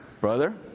Brother